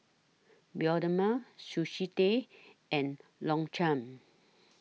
Bioderma Sushi Tei and Longchamp